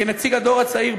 כנציג הדור הצעיר,